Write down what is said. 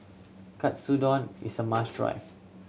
katsudon is a must try